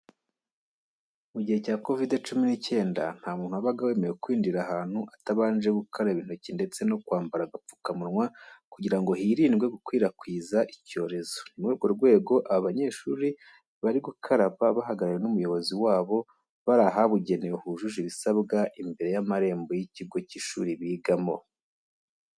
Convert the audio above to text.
Mugihe cya covid cumi nicyenda ntamuntu wabaga wemerewe kwinjira ahantu atabanje gukaraba intoki ndetse no kwambara agapfuka munywa kugirango hirindwe gukwirakwiza icyo rezo nimuri urwo rwego aba banyeshuli bari gukaraba bahagarariwe n' umuyobozi wabo barahabugenewe hujuje ibisabwa imbere y'amarembo yikigo cy'ishuli bigamo.